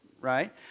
Right